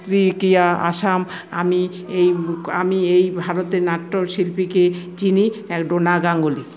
আসাম আমি এই আমি এই ভারতের নাট্য শিল্পীকে চিনি ডোনা গাঙ্গুলি